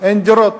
אין דירות.